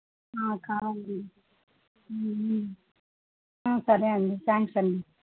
కావాలి సరే అండి థ్యాంక్స్ అండి